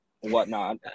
whatnot